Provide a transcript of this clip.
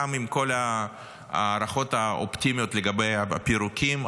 גם עם כל ההערכות האופטימיות לגבי הפירוקים,